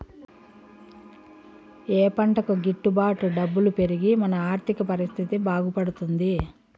ఏ పంటకు గిట్టు బాటు డబ్బులు పెరిగి మన ఆర్థిక పరిస్థితి బాగుపడుతుంది?